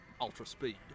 ultra-speed